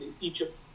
egypt